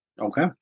Okay